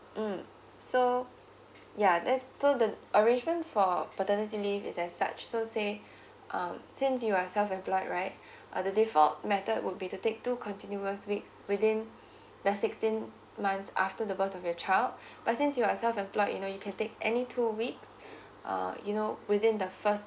mm so yeah that so the arrangement for paternity leave is as such so say um since you are self employed right uh the default method would be to take two continuous weeks within the sixteen months after the birth of your child but since you're self employed you know you can take any two weeks um you know within the first